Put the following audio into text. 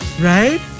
Right